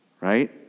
right